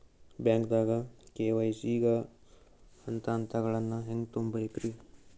ಬ್ಯಾಂಕ್ದಾಗ ಕೆ.ವೈ.ಸಿ ಗ ಹಂತಗಳನ್ನ ಹೆಂಗ್ ತುಂಬೇಕ್ರಿ?